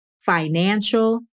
financial